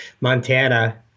Montana